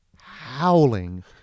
howling